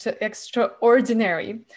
extraordinary